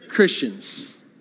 Christians